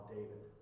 David